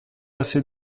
assez